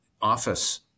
office